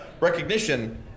recognition